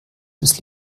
des